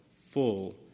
full